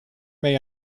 may